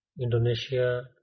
Indonesia